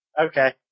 Okay